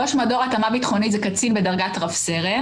ראש מדור התאמה ביטחונית הוא קצין בדרגת רב-סרן